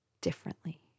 differently